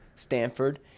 Stanford